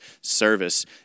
service